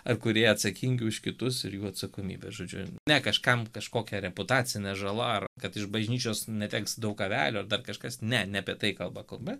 ar kurie atsakingi už kitus ir jų atsakomybę žodžiu ne kažkam kažkokia reputacinė žala kad iš bažnyčios neteks daug avelių dar kažkas ne ne apie tai kalba kalba